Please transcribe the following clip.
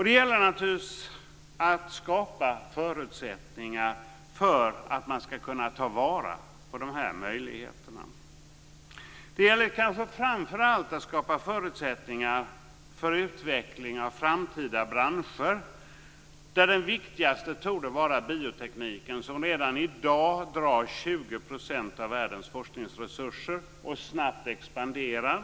Det gäller naturligtvis att skapa förutsättningar för att man ska kunna ta vara på de här möjligheterna. Det gäller kanske framför allt att skapa förutsättningar för utveckling av framtida branscher. Den viktigaste torde vara biotekniken som redan i dag drar 20 % av världens forskningsresurser och snabbt expanderar.